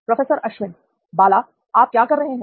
professor Ashwin Bala आप क्या कर रहे हैं